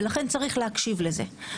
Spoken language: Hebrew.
ולכן צריך להקשיב לזה.